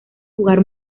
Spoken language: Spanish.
jugar